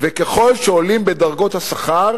וככל שעולים בדרגות השכר,